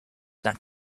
that